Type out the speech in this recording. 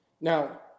now